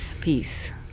peace